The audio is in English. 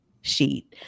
sheet